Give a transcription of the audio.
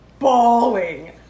bawling